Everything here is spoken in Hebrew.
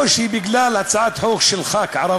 או שמכיוון שהיא הצעת חוק שלי כערבי.